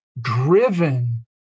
driven